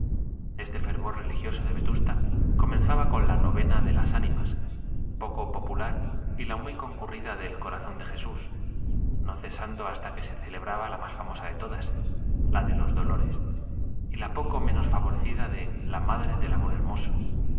este fervor religioso de vetusta comenzaba con la novena de las ánimas poco popular y la muy concurrida del corazón de jesús no cesando hasta que se celebraba la más famosa de todas la de los dolores y la poco menos favorecida de la madre del amor hermoso